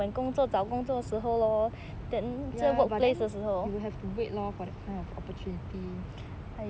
but then you will have to wait lor for that kind of opportunity